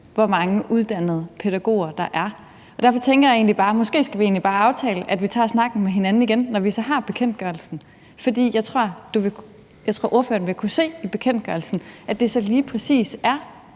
hvor mange uddannede pædagoger der er. Derfor tænker jeg egentlig, at vi måske bare skal aftale, at vi tager snakken med hinanden igen, når vi har fået bekendtgørelsen, for jeg tror, at ordføreren vil kunne se i bekendtgørelsen, at det lige præcis er,